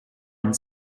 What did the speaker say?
and